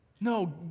No